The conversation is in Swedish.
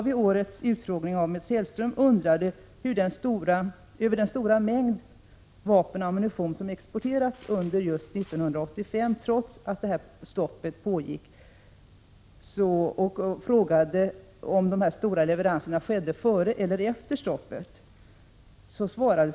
Vid årets utfrågning av Mats Hellström undrade jag över denna stora mängd vapen och ammunition som exporterades just 1985 trots detta stopp, och jag frågade om dessa stora leveranser skedde före eller efter stoppet.